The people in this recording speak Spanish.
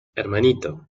hermanito